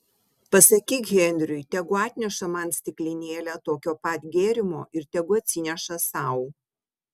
pasakyk henriui tegu atneša man stiklinėlę tokio pat gėrimo ir tegu atsineša sau